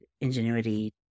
ingenuity